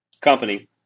company